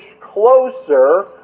closer